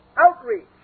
outreach